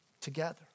Together